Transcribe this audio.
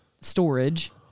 storage